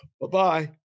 Bye-bye